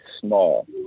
small